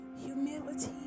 humility